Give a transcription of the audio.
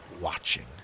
watching